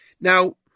Now